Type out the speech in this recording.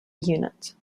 unit